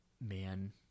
man